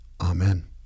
Amen